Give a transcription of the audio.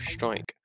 Strike